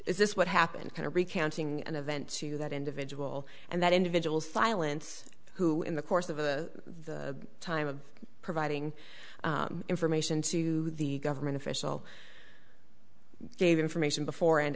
is this what happened kind of recounting an event to that individual and that individual silence who in the course of a time of providing information to the government official gave information before and